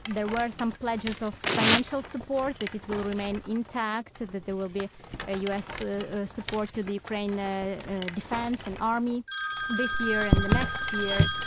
there were some pledges of financial support that it will remain intact, that there will be a us ah support to the ukrainian ah defense and army this year and the next year.